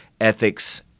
ethics